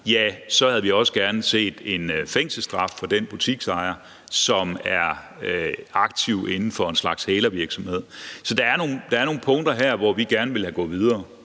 ja, så havde vi også gerne set en fængselsstraf til den butiksejer, som er aktiv inden for en slags hælervirksomhed. Så der er nogle punkter her, hvor vi gerne ville være gået videre.